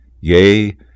Yea